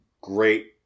great